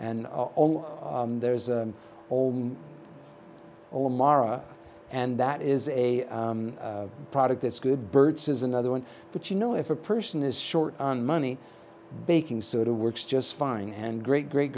and all there is all over mara and that is a product that's good birds is another one but you know if a person is short on money baking soda works just fine and great great